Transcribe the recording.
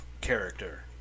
character